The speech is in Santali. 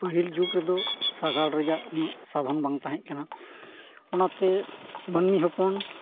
ᱯᱟᱹᱦᱤᱞ ᱡᱩᱜᱽ ᱨᱮᱫᱚ ᱥᱟᱸᱜᱟᱲ ᱨᱮᱭᱟᱜ ᱩᱱᱟᱹᱜ ᱥᱟᱫᱷᱚᱱ ᱵᱟᱝ ᱛᱟᱦᱮᱸ ᱠᱟᱱᱟ ᱚᱱᱟᱛᱮ ᱢᱟᱹᱱᱢᱤ ᱦᱚᱯᱚᱱ